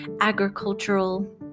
agricultural